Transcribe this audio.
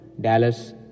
Dallas